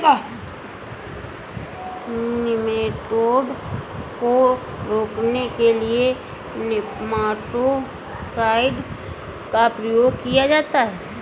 nematode को रोकने के लिए नेमाटो साइड का प्रयोग किया जाता है